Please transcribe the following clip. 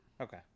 Okay